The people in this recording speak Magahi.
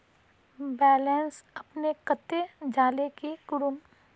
बैलेंस अपने कते जाले की करूम?